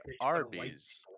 Arby's